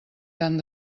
tant